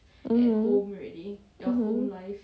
mmhmm mmhmm